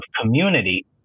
community